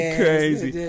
crazy